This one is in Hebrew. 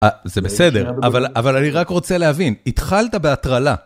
זה בסדר, אבל אני רק רוצה להבין, התחלת בהטרלה.